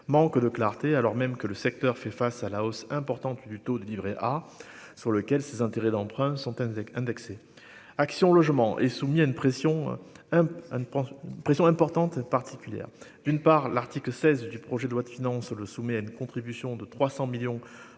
manque de clarté, alors même que le secteur fait face à la hausse importante du taux du Livret A sur lequel ses intérêts d'emprunt centaines d'indexer Action Logement et soumis à une pression hein de pressions importantes particulière d'une part, l'article 16 du projet de loi de finances, le soumis à une contribution de 300 millions pour